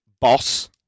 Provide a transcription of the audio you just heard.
boss